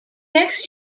next